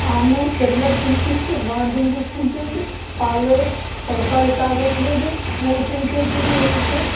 ఆమె సెర్లాక్ తినిపిస్తే వామిటింగ్ చేసుకుంటుంది పాలు పైపాలు తాగట్లేదు మోషన్స్ అవుతున్నాయి ఊరికే